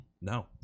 No